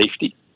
safety